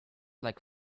like